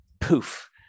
poof